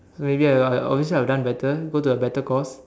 maybe I'll I'll obviously would have done better go to a better course